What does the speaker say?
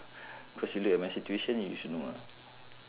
cause you look at my situation you should know lah